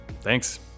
Thanks